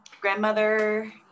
Grandmother